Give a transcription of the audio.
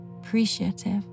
appreciative